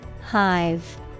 Hive